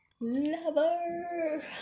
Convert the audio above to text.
Lover